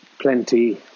plenty